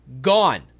gone